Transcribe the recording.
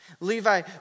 Levi